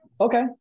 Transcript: Okay